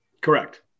Correct